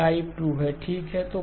यह टाइप 2 है ठीक है